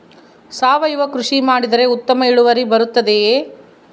ಸಾವಯುವ ಕೃಷಿ ಮಾಡಿದರೆ ಉತ್ತಮ ಇಳುವರಿ ಬರುತ್ತದೆಯೇ?